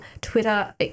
Twitter